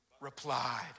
replied